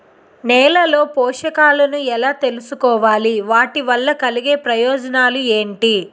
నేలలో పోషకాలను ఎలా తెలుసుకోవాలి? వాటి వల్ల కలిగే ప్రయోజనాలు ఏంటి?